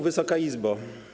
Wysoka Izbo!